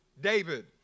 David